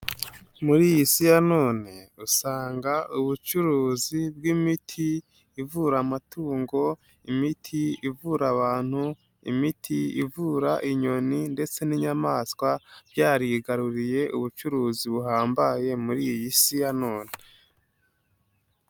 Muri iyi Isi ya none, usanga ubucuruzi bw'imiti ivura amatungo, imiti ivura abantu, imiti ivura inyoni ndetse n'inyamaswa byarigaruriye ubucuruzi buhambaye muri iyi Isi ya none.